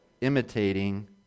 imitating